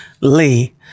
Lee